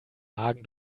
magen